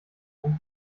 kann